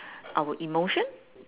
our emotion